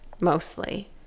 mostly